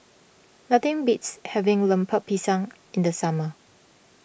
nothing beats having Lemper Pisang in the summer